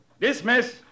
Dismiss